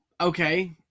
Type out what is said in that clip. Okay